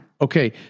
Okay